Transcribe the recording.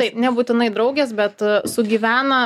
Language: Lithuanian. taip nebūtinai draugės bet sugyvena